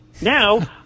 Now